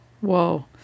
Whoa